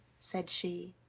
said she,